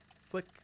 flick